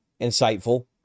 insightful